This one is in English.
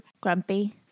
Grumpy